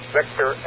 Victor